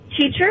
teacher